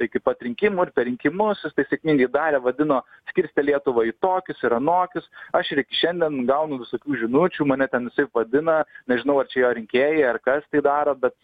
iki pat rinkimų ir per rinkimus jis tai sėkmingai darė vadino skirstė lietuvą į tokius ir anokius aš ir iki šiandien gaunu visokių žinučių mane ten visaip vadina nežinau ar čia jo rinkėjai ar kas tai daro bet